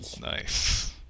Nice